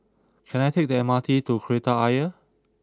can I take the M R T to Kreta Ayer